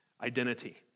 Identity